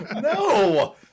No